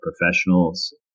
professionals